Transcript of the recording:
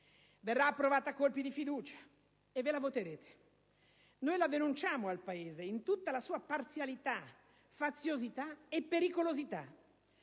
verrà approvata a colpi di fiducia e ve la voterete. Noi la denunciamo al Paese in tutta la sua parzialità, faziosità e pericolosità.